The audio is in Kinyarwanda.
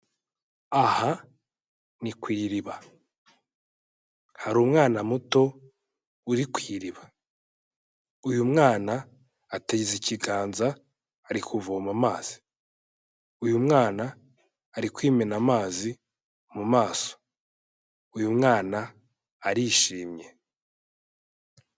Aha ni ku iriba hari umwana muto uri ku iriba, uyu mwana ateza ikiganza ari kuvoma amazi, uyu mwana ari kwimena amazi mu maso, uyu mwana arishimye.